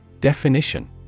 Definition